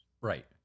Right